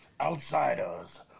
Outsiders